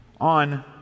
on